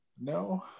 No